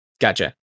gotcha